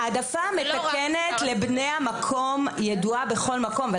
ההעדפה המתקנת לבני המקום ידועה בכל מקום.